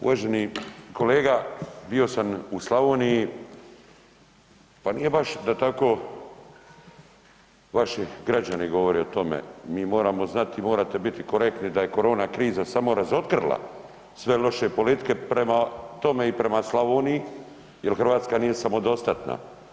Uvaženi kolega, bio sam u Slavoniji, pa nije baš da tako vaši građani govore o tome, mi moramo znati i morate biti korektni da je korona kriza samo razotkrila sve loše politike prema tome i prema Slavoniji jel Hrvatska nije samodostatna.